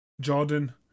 Jordan